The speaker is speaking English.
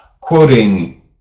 quoting